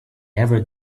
ever